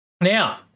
Now